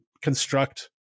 construct